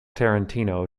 tarantino